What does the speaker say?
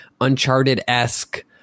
Uncharted-esque